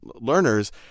learners